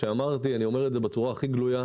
ואני אומר את זה בצורה הכי גלויה,